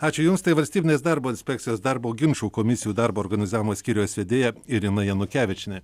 ačiū jums tai valstybinės darbo inspekcijos darbo ginčų komisijų darbo organizavimo skyriaus vedėja irina janukevičienė